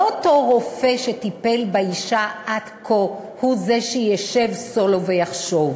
לא אותו רופא שטיפל באישה עד כה הוא זה שישב סולו ויחשוב,